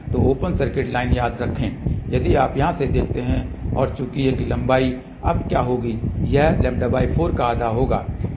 तो open circuit line याद रखें यदि आप यहाँ से देखते हैं और चूंकि यह लंबाई अब क्या होगी यह λ4 का आधा होगा